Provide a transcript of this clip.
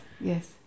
yes